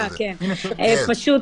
למה מפני